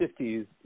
50s